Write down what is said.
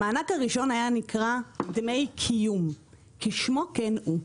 המענק הראשון נקרא דמי קיום, כשמו כן הוא.